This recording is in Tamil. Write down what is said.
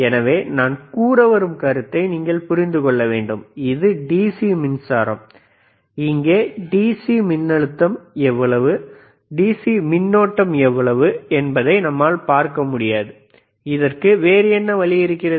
எனவே நான் கூற வரும் கருத்தை நீங்கள் புரிந்து கொள்ள வேண்டும் இது டிசி மின்சாரம் இங்கே டி சி மின் அழுத்தம் எவ்வளவு டிசி மின்னோட்டம் எவ்வளவு என்பதை நம்மால் பார்க்க முடியாது இதற்கு வேறு என்ன வழி இருக்கிறது